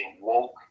woke